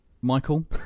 Michael